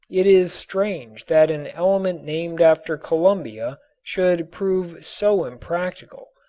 it is strange that an element named after columbia should prove so impractical.